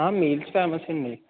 meals famous అండి